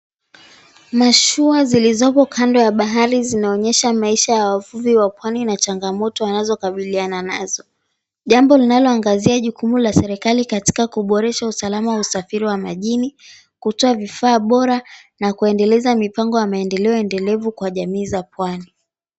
Mashua zilizoko kando ya bahari zinaonyesha maisha ya wavuvi wa pwani na changamoto wanazokabiliana nazo. Jambo linaloangazia jukumu la serikali katika kuboresha usalama wa usafiri wa majini, kutoa vifaa bora na kuendeleza mipango ya maendeleo endelevu kwa jamii za pwani.